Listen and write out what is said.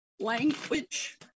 language